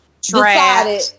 decided